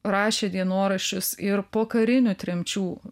rašė dienoraščius ir pokarinių tremčių